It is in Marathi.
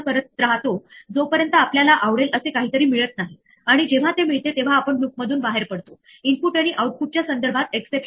हे आपल्याला सुचवते जसे की आता एरर कुठे असू शकते जेव्हा पायथोन एखाद्या एरर चा संकेत देते तेव्हा आपण त्या प्रोग्राम मध्ये काय करू शकतो की आपल्याला तो प्रोग्राम हाताळायचा आहे बरोबर